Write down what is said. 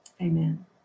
Amen